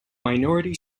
minority